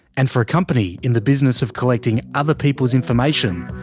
and for a company in the business of collecting other people's information,